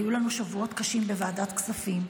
היו לנו שבועות קשים בוועדת הכספים,